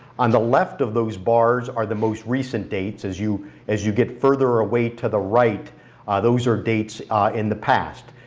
on the left of those bars are the most recent dates as you as you get further away to the right those are dates in the past.